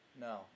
No